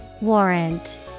Warrant